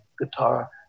guitar